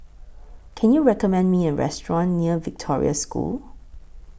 Can YOU recommend Me A Restaurant near Victoria School